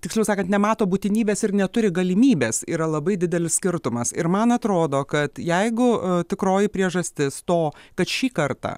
tiksliau sakant nemato būtinybės ir neturi galimybės yra labai didelis skirtumas ir man atrodo kad jeigu tikroji priežastis to kad šį kartą